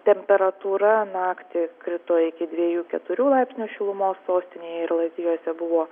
temperatūra naktį krito iki dviejų keturių laipsnių šilumos sostinėj ir lazdijuose buvo